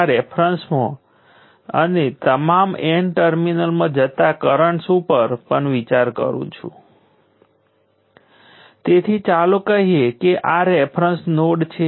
તેથી 0 થી t1 આના ઈન્ટરવલમાં ઇન્ડક્ટર દ્વારા શોષાયેલી એનર્જી છે